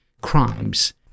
crimes